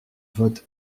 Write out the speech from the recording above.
vote